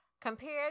Compared